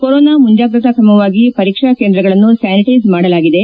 corona ಮುಂಜಾಗ್ರತಾ ಕ್ರಮವಾಗಿ ಪರೀಕ್ಷಾ ಕೇಂದ್ರಗಳನ್ನು ಸ್ಥಾನಿಟ್ಟೆಚ್ ಮಾಡಲಾಗಿದೆ